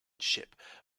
ship